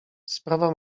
sprawa